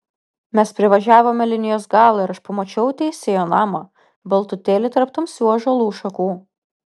mes privažiavome linijos galą ir aš pamačiau teisėjo namą baltutėlį tarp tamsių ąžuolų šakų